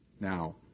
now